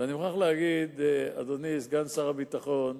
ואני מוכרח להגיד, אדוני סגן שר הביטחון,